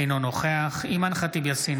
אינו נוכח אימאן ח'טיב יאסין,